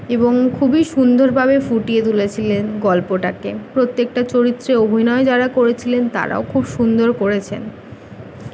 এবং খুবই সুন্দরভাবে ফুটিয়ে তুলেছিলেন গল্পটাকে প্রত্যেকটা চরিত্রে অভিনয় যারা করেছিলেন তারাও খুব সুন্দর করেছেন